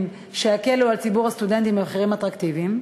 שיקלו על ציבור הסטודנטים במחירים אטרקטיביים,